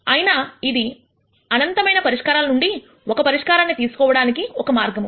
అయినా ఇది అనంతమైన పరిష్కారాలు నుండి ఒక పరిష్కారాన్ని తీసుకోవడానికి ఒక మార్గము